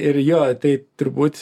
ir jo tai turbūt